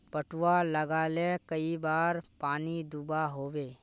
पटवा लगाले कई बार पानी दुबा होबे?